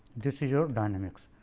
this is your dynamics.